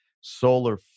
solar